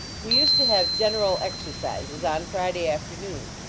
we used to have general exercises on friday afternoon.